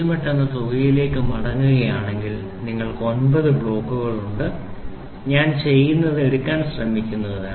08 എന്ന തുകയിലേക്ക് മടങ്ങുകയാണെങ്കിൽ നിങ്ങൾക്ക് ഒമ്പത് ബ്ലോക്കുകളുണ്ട് ഞാൻ ചെയ്യുന്നത് ഞാൻ എടുക്കാൻ ശ്രമിക്കുകയാണ്